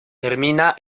termina